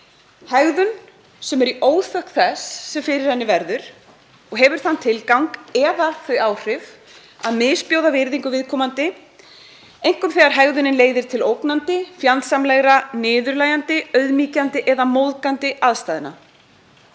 „Hegðun sem er í óþökk þess sem fyrir henni verður og hefur þann tilgang eða þau áhrif að misbjóða virðingu viðkomandi, einkum þegar hegðunin leiðir til ógnandi, fjandsamlegra, niðurlægjandi, auðmýkjandi eða móðgandi aðstæðna.“